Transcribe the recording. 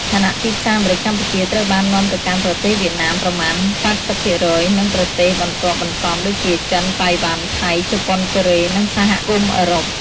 ខណៈទីផ្សារម្រេចកម្ពុជាត្រូវបាននាំទៅកាន់ប្រទេសវៀតណាមប្រមាណ ៨០ ភាគរយ និងប្រទេសបន្ទាប់បន្សំដូចជា ចិន តៃវ៉ាន់ ថៃ ជប៉ុន កូរ៉េ និងសហគមន៍អឺរ៉ុប។